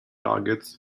targets